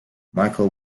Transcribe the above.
michael